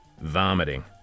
vomiting